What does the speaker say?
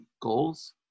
goals